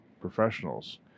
professionals